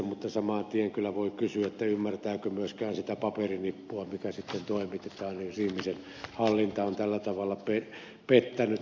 mutta saman tien voi kyllä kysyä ymmärtääkö myöskään sitä paperinippua mikä sitten toimitetaan jos ihmisen hallinta on tällä tavalla pettänyt